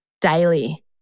daily